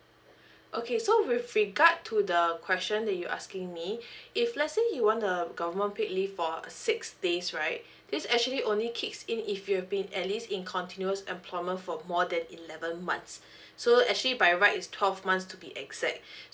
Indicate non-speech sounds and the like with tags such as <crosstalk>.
<breath> okay so with regard to the question that you asking me <breath> if let's say you want the government paid leave for a six days right this actually only kicks in if you've been at least in continuous employment for more than eleven months <breath> so actually by right is twelve months to be exact <breath>